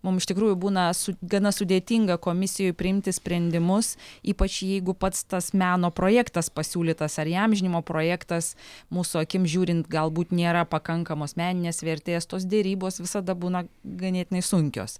mum iš tikrųjų būna su gana sudėtinga komisijoj priimti sprendimus ypač jeigu pats tas meno projektas pasiūlytas ar įamžinimo projektas mūsų akim žiūrint galbūt nėra pakankamos meninės vertės tos derybos visada būna ganėtinai sunkios